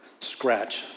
Scratch